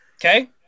Okay